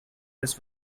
this